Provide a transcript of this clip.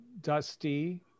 dusty